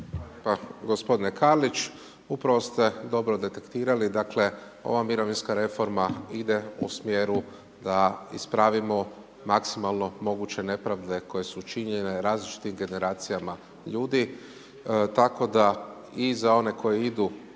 Pa gospodine Karlić upravo ste dobro detektirali. Dakle ova mirovinska reforma ide u smjeru da ispravimo maksimalno moguće nepravde koje su činjene različitim generacijama ljudi tako da i za one koji idu